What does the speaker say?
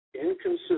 inconsistent